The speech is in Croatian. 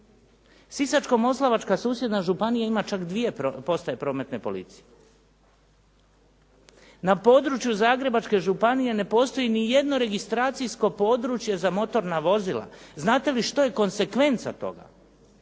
Sisačko-moslavačka susjedna županija ima čak 2 postaje prometne policije. Na području Zagrebačke županije ne postoji nijedno registracijsko područje za motorna vozila. Znate li što je konsekvenca toga?